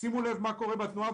שימו לב מה קורה בתנועה,